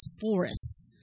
forest